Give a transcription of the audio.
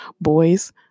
Boys